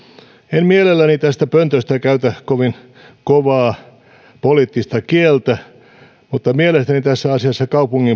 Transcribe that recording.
en mielelläni tästä pöntöstä käytä kovin kovaa poliittista kieltä mutta mielestäni tässä asiassa kaupungin